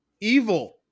evil